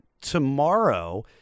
tomorrow